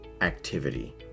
activity